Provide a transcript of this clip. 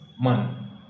man